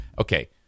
okay